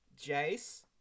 Jace